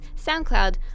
SoundCloud